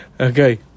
Okay